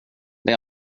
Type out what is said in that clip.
det